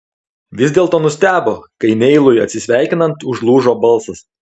vis dėlto nustebo kai neilui atsisveikinant užlūžo balsas